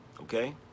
okay